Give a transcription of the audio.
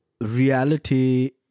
reality